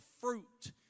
fruit